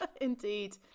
indeed